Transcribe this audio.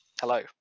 Hello